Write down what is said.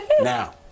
Now